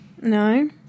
no